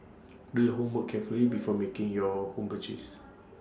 do your homework carefully before making your home purchases